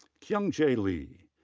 kyoung jae lee.